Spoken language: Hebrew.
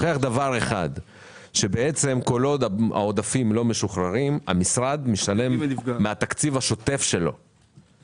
שכל עוד העודפים לא משוחררים המשרד משלם מן התקציב השוטף שלו